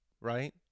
right